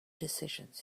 decisions